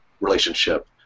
relationship